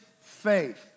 faith